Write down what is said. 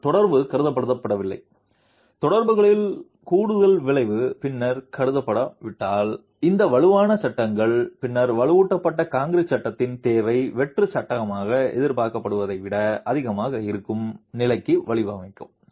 ஆனால் தொடர்பு கருதப்படாவிட்டால் தொடர்புகளின் கூடுதல் விளைவு பின்னர் கருதப்படாவிட்டால் இந்த வலுவான சட்டங்கள் பின்னர் வலுவூட்டப்பட்ட கான்கிரீட் சட்டத்தின் தேவை வெற்று சட்டமாக எதிர்பார்க்கப்பட்டதை விட அதிகமாக இருக்கும் நிலைக்கு வழிவகுக்கும்